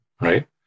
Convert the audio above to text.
right